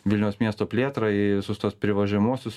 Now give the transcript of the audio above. vilniaus miesto plėtrą į visus tuos privažiuojamuosius